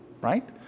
right